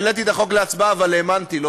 העליתי את החוק להצבעה אבל האמנתי לו.